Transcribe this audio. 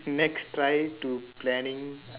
next try to planning